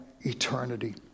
eternity